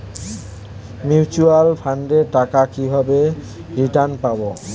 Mutual ফান্ডের টাকা কিভাবে রিটার্ন পাব?